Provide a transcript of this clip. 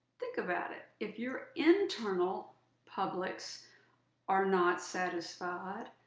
think about it. if your internal publics are not satisfied,